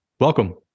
Welcome